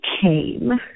came